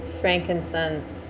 frankincense